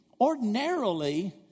Ordinarily